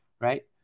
Right